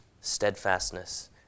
steadfastness